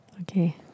Okay